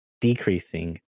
decreasing